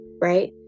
right